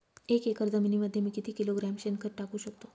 एक एकर जमिनीमध्ये मी किती किलोग्रॅम शेणखत टाकू शकतो?